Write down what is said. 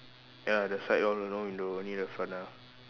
ya the side one no window only the front ah